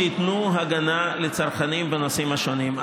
שייתנו הגנה לצרכנים בנושאים השונים.